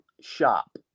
Shop